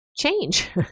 change